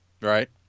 Right